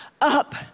up